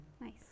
Nice